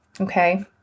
okay